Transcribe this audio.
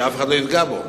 ואף אחד לא יפגע בו.